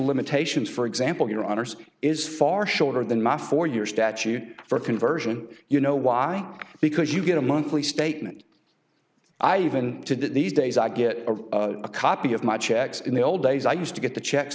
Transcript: limitations for example your honour's is far shorter than my four year statute for conversion you know why because you get a monthly statement i've been to that these days i get a copy of my checks in the old days i used to get the checks